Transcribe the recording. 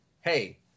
hey